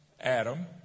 Adam